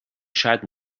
شاید